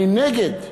אני נגד,